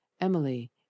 Emily